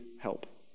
help